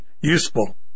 useful